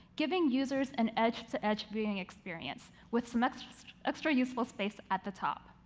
giving users an edge-to-edge viewing experience with some extra extra useful space at the top.